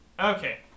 Okay